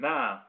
Now